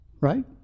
Right